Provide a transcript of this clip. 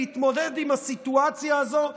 להתמודד עם הסיטואציה הזו,